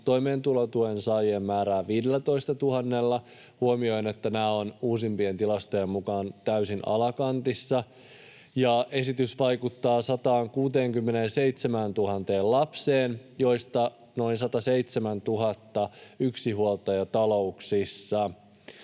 toimeentulotuen saajien määrää 15 000:lla — huomioiden, että nämä ovat uusimpien tilastojen mukaan täysin alakantissa — ja esitys vaikuttaa 167 000 lapseen, joista noin 107 000 on yksinhuoltajatalouksissa.